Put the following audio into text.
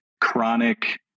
chronic